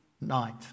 night